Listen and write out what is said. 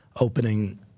opening